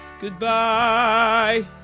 goodbye